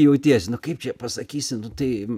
jautiesi nu kaip čia pasakysi tai